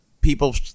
people